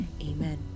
amen